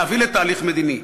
להביא לתהליך מדיני.